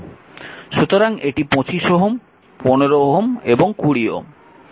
সুতরাং এটি 25 Ω 15 Ω এবং 20 Ω